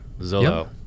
Zillow